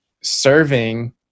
serving